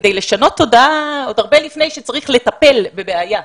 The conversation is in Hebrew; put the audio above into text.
כדי לשנות תודעה עוד הרבה לפני שצריך לטפל בבעיה.